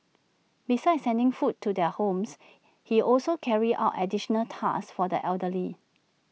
besides sending food to their homes he also carries out additional tasks for the elderly